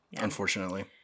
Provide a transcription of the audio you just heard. unfortunately